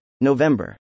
November